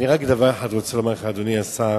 אני רק רוצה לומר לך דבר אחד,